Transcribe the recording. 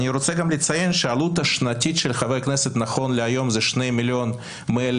אני רוצה לציין שהעלות השנתית של חבר כנסת נכון להיום זה 2.1 מיליון.